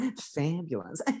Fabulous